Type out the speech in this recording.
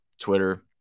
Twitter